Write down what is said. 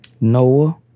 Noah